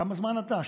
כמה זמן אתה,